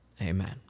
Amen